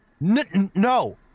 no